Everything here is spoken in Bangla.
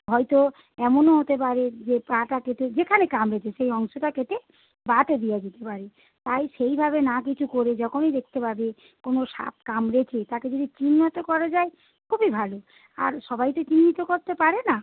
হয়তো এমনো হতে পারে যে পাটা কেটে যেখানে কামড়েছে সেই অংশটা কেটে বাতও দিয়ে যেতে পারে তাই সেইভাবে না কিছু করে যখনই দেখতে পাবে কোনো সাপ কামড়েছে তাকে যদি চিহ্নিত করা যায় খুবই ভালো আর সবাই তো চিহ্নিত করতে পারে না